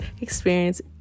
experience